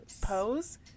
Pose